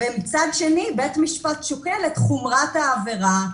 אבל מצד שני בית המשפט שוקל את חומרת העבירה,